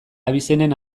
abizenen